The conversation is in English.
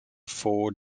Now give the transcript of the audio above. four